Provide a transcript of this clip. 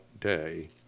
day